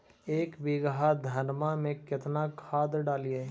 एक बीघा धन्मा में केतना खाद डालिए?